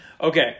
Okay